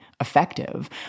effective